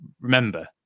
remember